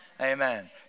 Amen